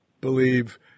believe